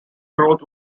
growth